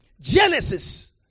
Genesis